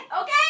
Okay